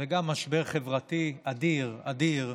זה גם משבר חברתי אדיר, אדיר,